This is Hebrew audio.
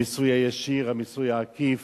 המיסוי הישיר, המיסוי העקיף,